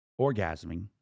orgasming